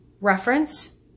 reference